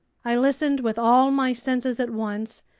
i listened with all my senses at once,